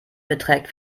beträgt